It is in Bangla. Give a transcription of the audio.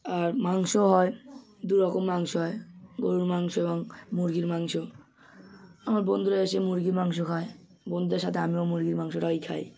আর মাংস হয় দু রকম মাংস হয় গরুর মাংস এবং মুরগির মাংস আমার বন্ধুরা এসে মুরগির মাংস খায় বন্ধুদের সাথে আমিও মুরগির মাংসটাই খাই